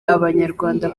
abanyarwanda